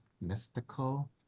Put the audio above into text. mystical